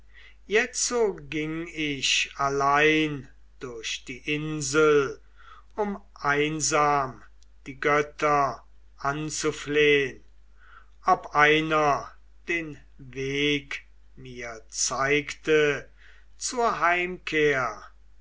jetzo ging ich allein durch die insel um einsam die götter anzuflehn ob einer den weg mir zeigte zur heimkehr